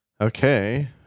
Okay